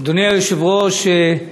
אדוני היושב-ראש,